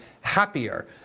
happier